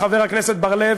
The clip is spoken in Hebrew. חבר הכנסת בר-לב,